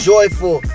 Joyful